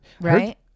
Right